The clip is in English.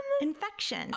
Infection